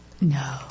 No